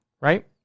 right